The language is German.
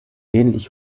ähnlich